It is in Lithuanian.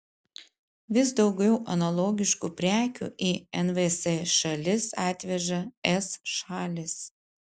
vis daugiau analogiškų prekių į nvs šalis atveža es šalys